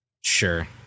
sure